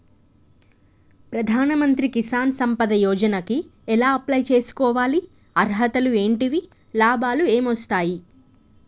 ప్రధాన మంత్రి కిసాన్ సంపద యోజన కి ఎలా అప్లయ్ చేసుకోవాలి? అర్హతలు ఏంటివి? లాభాలు ఏమొస్తాయి?